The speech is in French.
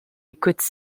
écoute